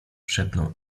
szepnął